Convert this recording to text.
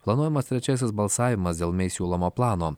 planuojamas trečiasis balsavimas dėl mei siūlomo plano